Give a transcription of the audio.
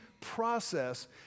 process